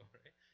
right